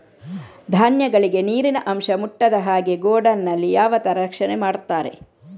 ಧಾನ್ಯಗಳಿಗೆ ನೀರಿನ ಅಂಶ ಮುಟ್ಟದ ಹಾಗೆ ಗೋಡೌನ್ ನಲ್ಲಿ ಯಾವ ತರ ರಕ್ಷಣೆ ಮಾಡ್ತಾರೆ?